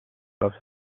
lapse